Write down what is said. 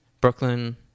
brooklyn